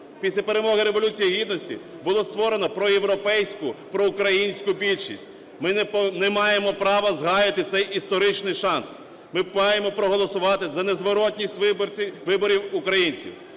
після перемоги Революції Гідності було створено проєвропейську, проукраїнську більшість. Ми не маємо права згаяти цей історичний шанс. Ми маємо проголосувати за незворотність вибору українців